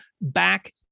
back